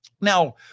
now